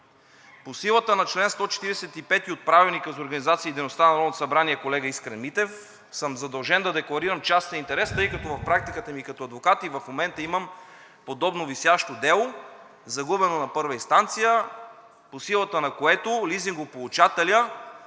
По силата на чл. 145 от Правилника за организацията и дейността на Народното събрание, колега Искрен Митев, съм задължен да декларирам частен интерес, тъй като в практиката ми като адвокат и в момента имам подобно висящо дело, загубено на първа инстанция, по силата на което лизингополучателят,